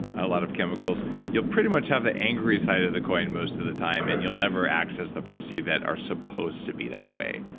a lot of chemicals, you'll pretty much have the angry side of the coin most of the time, and you'll never access the parts of you that are supposed to be that way.